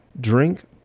Drink